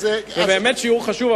זה באמת שיעור חשוב,